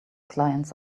clients